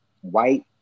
white